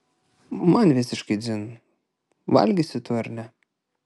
man visiškai dzin valgysi tu ar ne